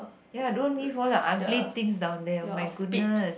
ya don't leave all the unclean things down there my goodness